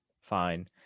fine